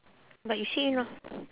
but you say you not